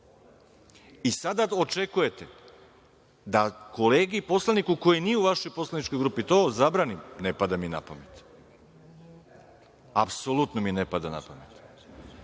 Sada očekujete da kolegi poslaniku koji nije u vašoj poslaničkoj grupi to zabranim? Ne pada mi na pamet. Apsolutno mi ne pada na pamet.